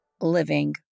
living